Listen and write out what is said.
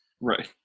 Right